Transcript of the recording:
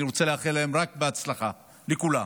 אני רוצה לאחל להם רק בהצלחה, לכולם.